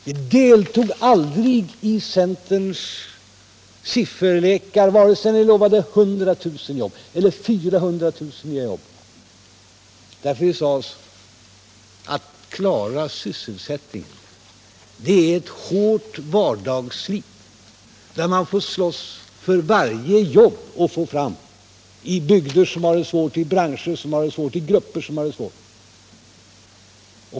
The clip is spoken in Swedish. Vi deltog aldrig i centerns sifferlekar vare sig ni lovade 100 000 eller 400 000 jobb. Vi sade oss: Att klara sysselsättningen är ett hårt vardagsslit, där man får slåss för att få fram varje jobb i bygder som har det svårt, i branscher och i grupper som har det svårt.